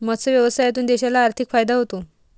मत्स्य व्यवसायातून देशाला आर्थिक फायदा होतो